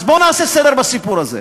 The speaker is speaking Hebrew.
אז בוא נעשה סדר בסיפור הזה.